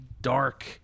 dark